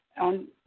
on